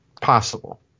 possible